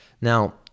Now